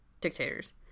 dictators